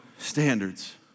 standards